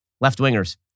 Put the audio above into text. left-wingers